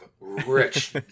rich